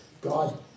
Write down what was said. God